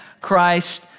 Christ